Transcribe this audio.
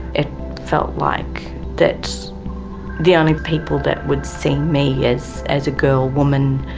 it felt like that the only people that would see me as as a girl, woman,